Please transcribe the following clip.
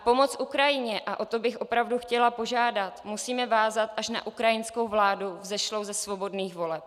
A pomoc Ukrajině, a o to bych opravdu chtěla požádat, musíme vázat až na ukrajinskou vládu vzešlou ze svobodných voleb.